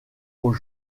aux